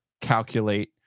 calculate